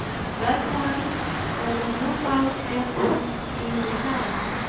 at that time there was no house empty in the town,